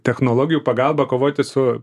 technologijų pagalba kovoti su